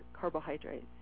carbohydrates